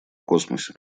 космосе